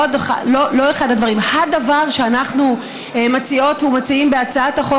לא אחד הדברים אלא הא דבר שאנחנו מציעות ומציעים בהצעת החוק